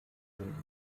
sind